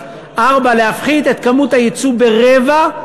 4. להפחית את כמות היצוא ברבע,